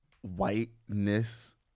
whiteness